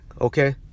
Okay